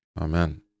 Amen